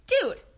dude